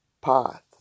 path